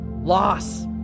loss